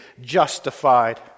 justified